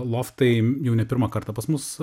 loftai jau ne pirmą kartą pas mus